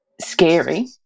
scary